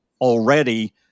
already